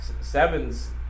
sevens